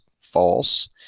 False